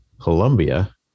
Colombia